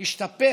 ישתפר